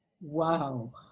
Wow